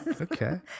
Okay